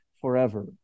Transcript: forever